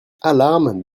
alarme